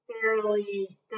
fairly